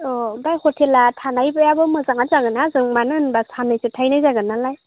औ ओमफ्राय हथेला थानायाबो मोजाङानो जागोन्ना जों मानो होनबा जों सान्नैसो थाहैनाय जागोन नालाय